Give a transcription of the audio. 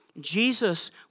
Jesus